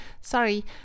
Sorry